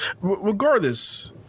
regardless